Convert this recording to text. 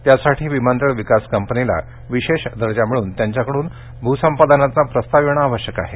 त्यासाठी विमानतळ विकास कंपनीला विशेष दर्जा मिळन त्यांच्याकडून भूसंपादनाचा प्रस्ताव येणं आवश्यक आहे